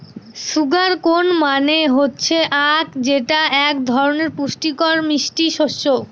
sugar কেন মানে হচ্ছে আঁখ যেটা এক ধরনের পুষ্টিকর মিষ্টি শস্য